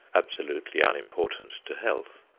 absolutely unimportant to health,